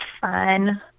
fun